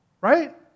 right